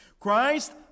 Christ